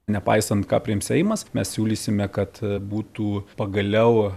nepaisant ką priims seimas mes siūlysime kad būtų pagaliau